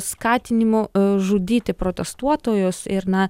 skatinimu žudyti protestuotojus ir na